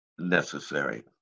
Necessary